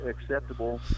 acceptable